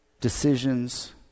decisions